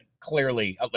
clearly